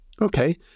Okay